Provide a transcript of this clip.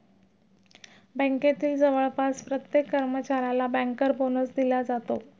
बँकेतील जवळपास प्रत्येक कर्मचाऱ्याला बँकर बोनस दिला जातो